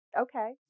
Okay